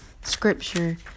scripture